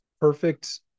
perfect